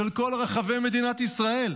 של כל רחבי מדינת ישראל.